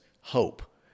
hope